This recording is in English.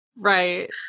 Right